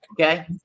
okay